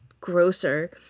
grosser